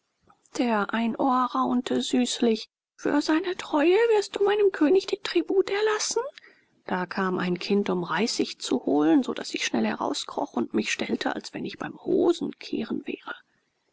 der einohr raunte süßlich für seine treue wirst du meinem könig den tribut erlassen da kam ein kind um reisig zu holen so daß ich schnell herauskroch und mich stellte als wenn ich beim hosenkehren wäre